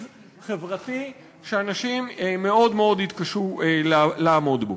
חברתי שאנשים מאוד מאוד יתקשו לעמוד בו.